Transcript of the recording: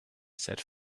said